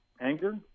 anger